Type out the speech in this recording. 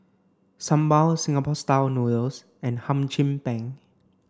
Sambal Singapore style noodles and Hum Chim Peng